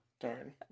Darn